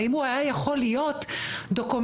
האם הוא היה יכול להיות דקומנטריסט,